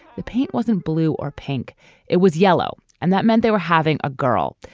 the paint wasn't blue or pink it was yellow and that meant they were having a girl.